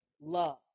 love